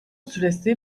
süresi